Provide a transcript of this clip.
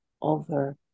over